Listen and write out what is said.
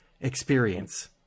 experience